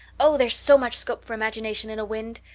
oh, there's so much scope for imagination in a wind!